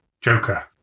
Joker